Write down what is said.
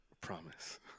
promise